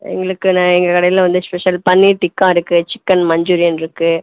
எங்களுக்கு நான் எங்கள் கடையில் வந்து ஸ்பெஷல் பன்னீர் டிக்கா இருக்குது சிக்கன் மஞ்சூரியன் இருக்குது